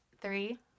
three